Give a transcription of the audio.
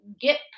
get